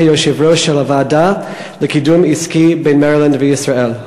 יושב-ראש הוועדה לקידום עסקי בין מרילנד לישראל.